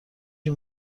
این